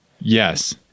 yes